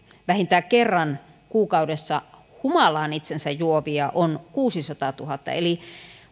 vähintään kerran kuukaudessa humalaan itsensä juovia on kuusisataatuhatta eli